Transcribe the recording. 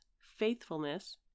faithfulness